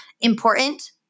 important